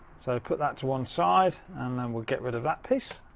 so, put that to one side, and then we'll get rid of that piece.